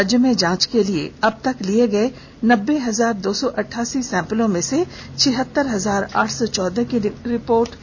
राज्य में जांच के लिए अबतक लिए गए नब्बे हजार दो सौ अठासी सैंपलों में से छियहतर हजार आठ सौ चौदह की निगेटिव रिपोर्ट आई है